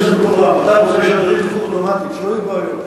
יהיו בעיות.